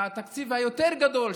התקציב היותר-גדול,